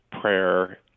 prayer